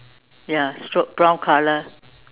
ya stroke brown colour